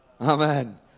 Amen